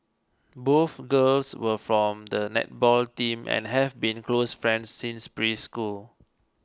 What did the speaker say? both girls were from the netball team and have been close friends since preschool